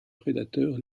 prédateur